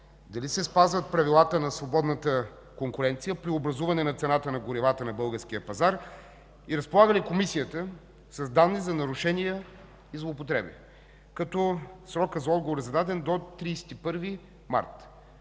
дали се спазват правилата на свободната конкуренция при образуване цената на горивата на българския пазар и разполага ли Комисията с данни за нарушения и злоупотреба? Срокът за отговор е до 31 март